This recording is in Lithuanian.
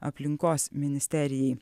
aplinkos ministerijai